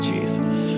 Jesus